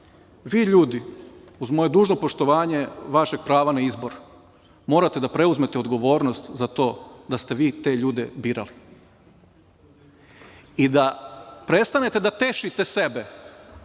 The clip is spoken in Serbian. Vi ljudi, uz moje dužno poštovanje vašeg prava na izbor, morate da preuzmete odgovornost za to da ste vi te ljude birali i da prestanete da tešite sebe,